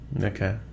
Okay